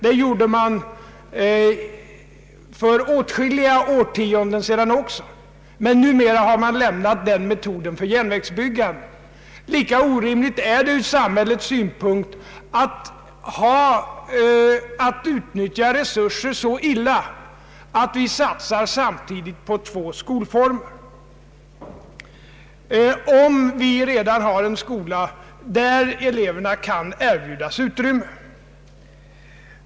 Det gjorde man för åtskilliga årtionden sedan, men numera har man frångått denna metod för järnvägsbyggande. Lika orimligt är det ur samhällets synpunkt att utnyttja resurser så illa att man samtidigt satsar på två skolformer, om vi redan har en skola där eleverna kan beredas utrymme.